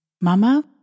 Mama